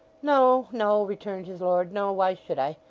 no no returned his lord. no. why should i?